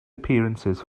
appearances